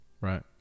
right